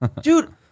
Dude